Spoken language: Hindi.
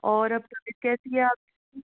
और अब तबियत कैसी है आप की